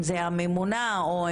אם זו הממונה או